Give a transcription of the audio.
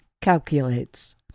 calculates